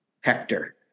Hector